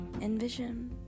envision